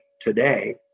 today